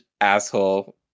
asshole